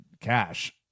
cash